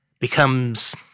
becomes